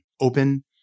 open